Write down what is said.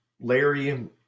Larry